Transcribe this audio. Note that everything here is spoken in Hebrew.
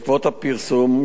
בעקבות הפרסום,